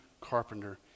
carpenter